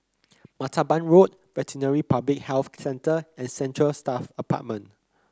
Martaban Road Veterinary Public Health Centre and Central Staff Apartment